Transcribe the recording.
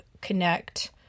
connect